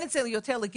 לא?